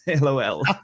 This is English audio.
lol